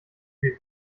viel